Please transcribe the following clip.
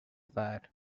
fire